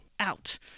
out